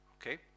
Okay